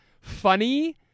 funny